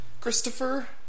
Christopher